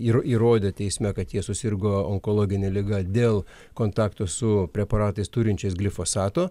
ir įrodę teisme kad jie susirgo onkologine liga dėl kontakto su preparatais turinčiais glifosato